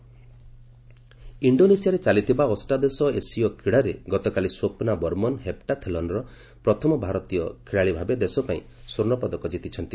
Asian game ଇଣ୍ଡୋନେସିଆରେ ଚାଲିଥିବା ଅଷ୍ଟାଦଶ ଏସୀୟ କ୍ରୀଡ଼ାରେ ଗତକାଲି ସ୍ୱପ୍ନା ବର୍ମନ ହେପଟାଥଲନ୍ରେ ପ୍ରଥମ ଭାରତୀୟ ଖେଳାଳି ଭାବେ ଦେଶ ପାଇଁ ସ୍ୱର୍ଣ୍ଣ ପଦକ ଜିତିଛନ୍ତି